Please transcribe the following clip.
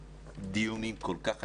דיונים כל כך חשובים.